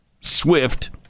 swift